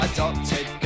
Adopted